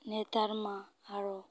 ᱱᱮᱛᱟᱨ ᱢᱟ ᱟᱨᱚ